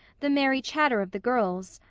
the merry chatter of the girls,